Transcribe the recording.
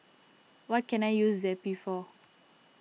what can I use Zappy for